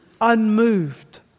Unmoved